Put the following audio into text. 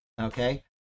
Okay